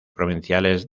provinciales